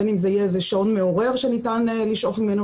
בין אם זה יהיה שעון מעורר שניתן לשאוף ממנו